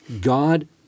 God